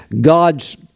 God's